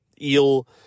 eel